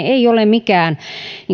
ei ole mikään